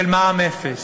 של מע"מ אפס.